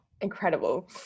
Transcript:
incredible